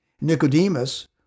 Nicodemus